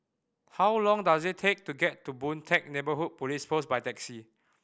how long does it take to get to Boon Teck Neighbourhood Police Post by taxi